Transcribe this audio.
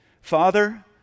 Father